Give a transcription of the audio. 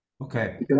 Okay